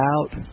out